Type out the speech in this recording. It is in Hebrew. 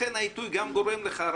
העיתוי גם גורם לך,